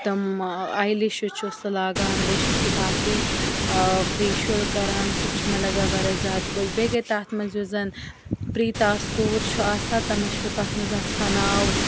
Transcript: تم آی لِشِز چھُ سُہ لاگان بیٚیہِ چھُ سُہ باقٕے فیشل کَران سُہ تہِ چھُ مےٚ لَگان واریاہ زیادٕ خۄش بیٚیہِ گٔے تَتھ منٛز یُس زَن پریٖتاس کوٗر چھُ آسان تٔمِس چھُ تَتھ منٛز آسان ناو